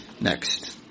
Next